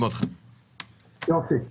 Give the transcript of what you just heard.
קודם כול,